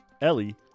Ellie